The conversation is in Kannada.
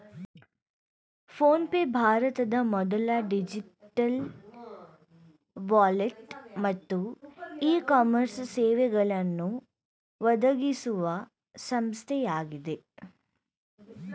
ಫೋನ್ ಪೇ ಭಾರತದ ಮೊದಲ ಡಿಜಿಟಲ್ ವಾಲೆಟ್ ಮತ್ತು ಇ ಕಾಮರ್ಸ್ ಸೇವೆಗಳನ್ನು ಒದಗಿಸುವ ಸಂಸ್ಥೆಯಾಗಿದೆ